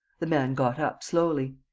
the man got up, slowly.